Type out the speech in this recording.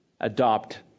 adopt